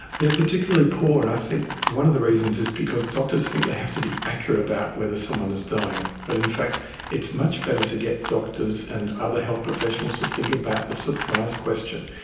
they are particularly poor, and i think one of the reasons is because doctors think they have to be accurate about whether someone is dying, but in fact it's much better to get doctors and other health professionals to think about the surprise question,